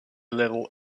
little